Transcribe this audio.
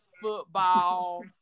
football